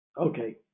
Okay